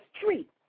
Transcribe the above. street